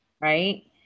Right